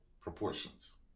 proportions